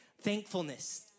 thankfulness